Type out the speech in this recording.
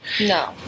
No